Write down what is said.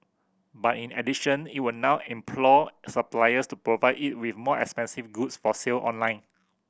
but in addition it will now implore suppliers to provide it with more expensive goods for sale online